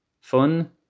fun